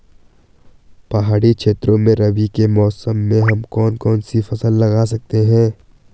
पहाड़ी क्षेत्रों में रबी के मौसम में हम कौन कौन सी फसल लगा सकते हैं?